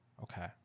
okay